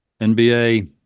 NBA